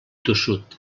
tossut